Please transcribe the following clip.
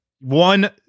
one